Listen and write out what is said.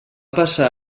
passar